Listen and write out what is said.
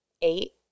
Eight